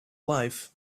life